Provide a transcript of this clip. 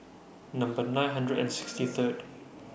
Number nine hundred and sixty Third